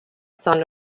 son